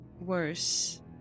worse